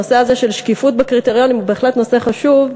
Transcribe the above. הנושא הזה של שקיפות בקריטריונים הוא בהחלט נושא חשוב.